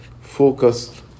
focus